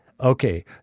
okay